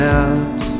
out